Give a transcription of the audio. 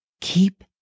keep